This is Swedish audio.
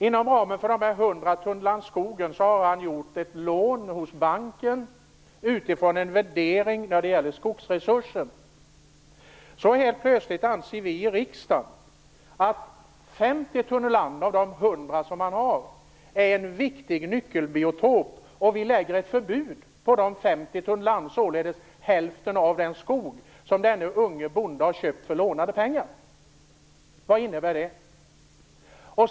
Inom ramen för dessa 100 tunnland skog har han tagit ett lån hos banken utifrån en värdering av skogsresursen. Så helt plötsligt anser vi i riksdagen att 50 tunnland av de 100 som han har är en viktig nyckelbiotop. Därför lägger vi ett förbud på dessa 50 tunnland, dvs. hälften av den skog som denne unge bonde har köpt för lånande pengar. Vad innebär det?